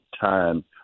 time